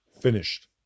Finished